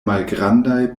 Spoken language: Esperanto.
malgrandaj